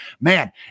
man